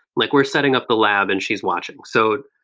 like we're setting up the lab and she's watching so